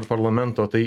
ir parlamento tai